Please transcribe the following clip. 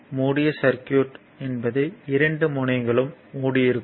மூடிய சர்க்யூட் என்பது 2 முனைகளும் மூடி இருக்கும்